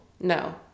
no